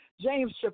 James